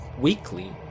weekly